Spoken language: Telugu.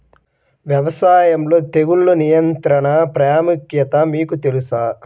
వ్యవసాయంలో తెగుళ్ల నియంత్రణ ప్రాముఖ్యత మీకు తెలుసా?